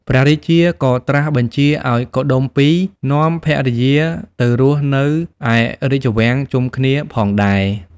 ព្រះរាជាក៏ត្រាស់បញ្ជាឱ្យកុដុម្ពីក៍នាំភរិយាទៅរស់នៅឯរាជវាំងជុំគ្នាផងដែរ។